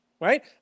right